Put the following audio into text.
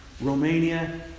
Romania